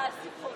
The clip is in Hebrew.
שלך.